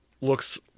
looks